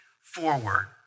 forward